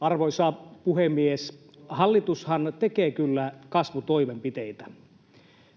Arvoisa puhemies! Hallitushan tekee kyllä kasvutoimenpiteitä,